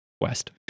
west